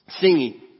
Singing